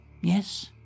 Yes